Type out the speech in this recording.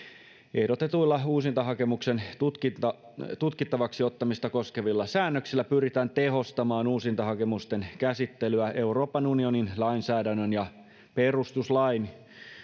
ehdotetuilla uusintahakemuksen tutkittavaksi tutkittavaksi ottamista koskevilla säännöksillä pyritään tehostamaan uusintahakemusten käsittelyä euroopan unionin lainsäädännön ja perustuslain